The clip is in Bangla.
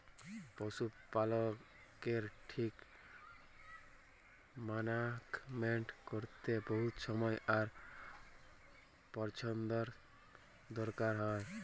পশু পালকের ঠিক মানাগমেন্ট ক্যরতে বহুত সময় আর পরচেষ্টার দরকার হ্যয়